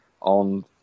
on